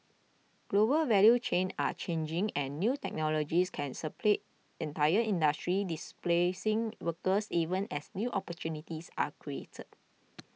global value chains are changing and new technologies can supplant entire industries displacing workers even as new opportunities are created